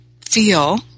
feel